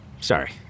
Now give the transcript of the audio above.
sorry